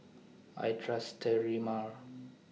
I Trust Sterimar